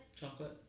Chocolate